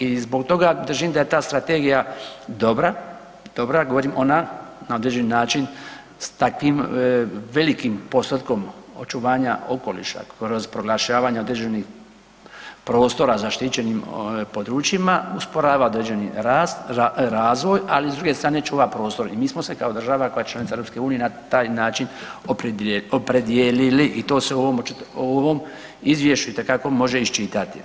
I zbog toga držim da je ta strategija dobra, ona na određeni način s takvim velikim postotkom očuvanja okoliša proglašavanja određenih prostora zaštićenim područjima usporava određeni rast, razvoj, ali s druge strane čuva prostor i mi smo se kao država koja je članica EU na taj način opredijelili i to se u ovom izvješću itekako može iščitati.